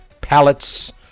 pallets